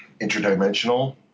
interdimensional